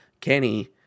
Kenny